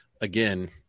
again